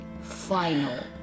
final